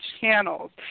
channels